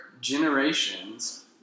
generations